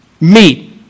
meet